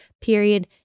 period